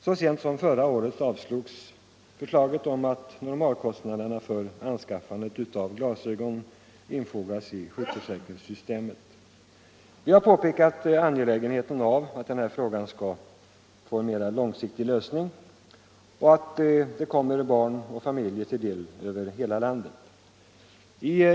Så sent som förra året avslogs förslaget om att normalkostnaderna för anskaffandet av glasögon skulle infogas i sjukförsäkringssystemet. Vi har påpekat angelägenheten av att den här frågan får en mera långsiktig lösning som kommer barn och familjer över hela landet till del.